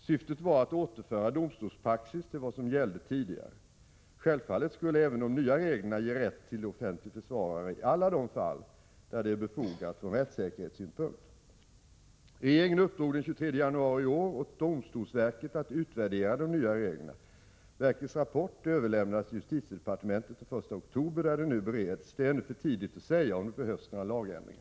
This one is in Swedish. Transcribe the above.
Syftet var att återföra domstolspraxis till vad som gällde tidigare. Självfallet skulle även de nya reglerna ge rätt till offentlig försvarare i alla de fall där det är befogat från rättssäkerhetssynpunkt. Regeringen uppdrog den 23 januari i år åt domstolsverket att utvärdera de nya reglerna. Verkets rapport överlämnades till justitiedepartementet den 1 oktober där de nu bereds. Det är ännu för tidigt att säga om det behövs några lagändringar.